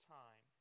time